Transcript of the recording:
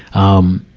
um,